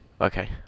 Okay